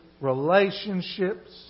relationships